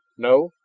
no.